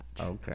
Okay